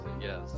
yes